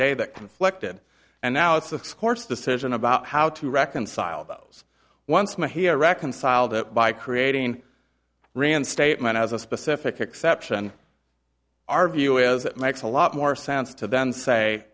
day that conflicted and now it's the court's decision about how to reconcile those once met here reconciled it by creating reinstatement as a specific exception our view is it makes a lot more sense to then say